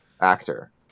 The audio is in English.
actor